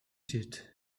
did